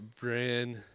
brand